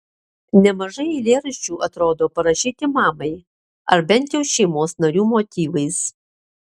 nemažai eilėraščių atrodo parašyti mamai ar bent jau šeimos narių motyvais